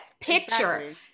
picture